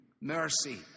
Mercy